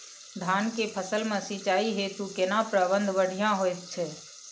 धान के फसल में सिंचाई हेतु केना प्रबंध बढ़िया होयत छै?